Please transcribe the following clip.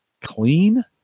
clean